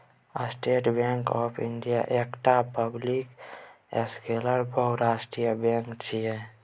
state bank of India एकटा public सेक्टरक बहुराष्ट्रीय बैंक छै